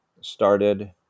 started